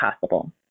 possible